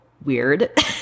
weird